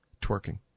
twerking